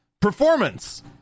performance